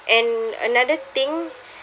and another thing